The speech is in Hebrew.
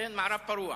מערב פרוע,